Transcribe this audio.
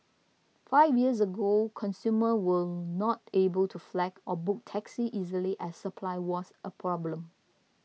five years ago consumers were not able to flag or book taxis easily as supply was a problem